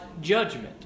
judgment